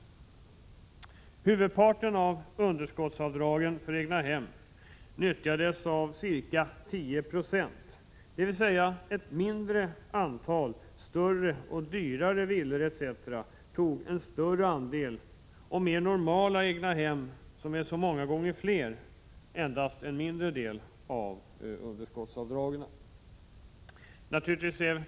Huvudparten av underskottsavdragen för egnahem nyttjades av ca 10 96, dvs. ett mindre antal större och dyrare villor etc. tog en större andel och mer normala egnahem, som är så många gånger fler, endast en mindre del av underskottsavdragen.